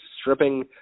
stripping